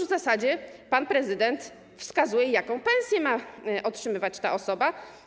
W zasadzie pan prezydent już wskazuje, jaką pensję ma otrzymywać ta osoba.